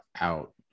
out